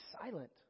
silent